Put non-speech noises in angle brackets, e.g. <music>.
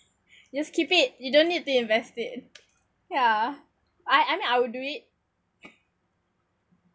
just keep it you don't need to invest it ya I I mean I would do it <laughs>